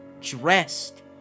dressed